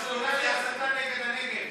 הסתה נגד הנגב,